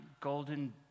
golden